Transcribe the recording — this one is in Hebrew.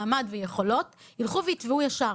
מעמד ויכולות יילכו ויתבעו ישר,